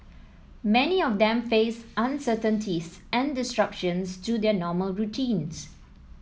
many of them faced uncertainties and disruptions to their normal routines